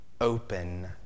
open